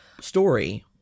story